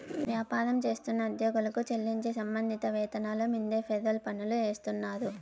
వ్యాపారం చేస్తున్న ఉద్యోగులకు చెల్లించే సంబంధిత వేతనాల మీన్దే ఫెర్రోల్ పన్నులు ఏస్తాండారు